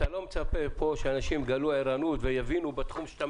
אתה לא מצפה פה שאנשים יגלו ערנות ויבינו בתחום שאתה